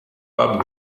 pop